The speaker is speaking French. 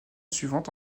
suivante